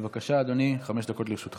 בבקשה, אדוני, חמש דקות לרשותך.